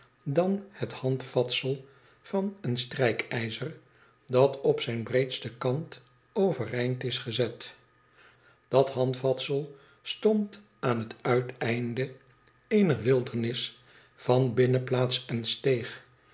dan het handvatsel van een strijkijzer dat op zijn breedsten kant overeind is gezet dat handvatsel stond aan het uiteinde eener wildernis van binnenplaats en steeg